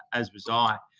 as was ah i.